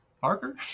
Parker